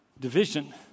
Division